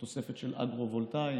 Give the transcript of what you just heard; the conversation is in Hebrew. בתוספת של הידרו-וולטאי,